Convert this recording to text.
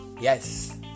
Yes